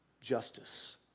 justice